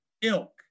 ilk